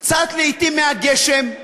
לעתים מהגשם,